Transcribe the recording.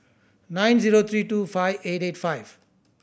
nine zero three two five eight eight five